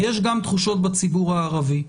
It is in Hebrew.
יש גם תחושות בציבור הערבי.